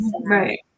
Right